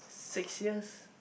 six years